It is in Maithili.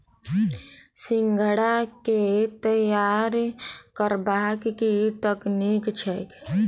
सिंघाड़ा केँ तैयार करबाक की तकनीक छैक?